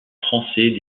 français